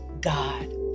God